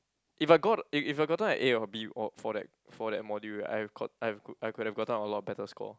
if I got if if I gotten a A or B or for that for that module right I've got I've could I could have gotten a lot better score